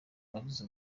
uwagize